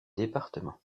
département